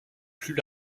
plus